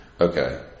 Okay